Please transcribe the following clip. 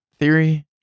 theory